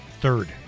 Third